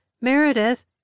Meredith